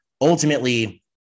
ultimately